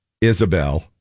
Isabel